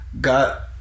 got